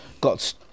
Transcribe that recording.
got